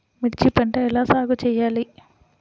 మిర్చి పంట ఎలా సాగు చేయాలి?